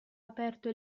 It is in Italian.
aperto